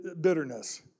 bitterness